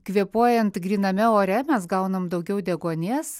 kvėpuojant gryname ore mes gaunam daugiau deguonies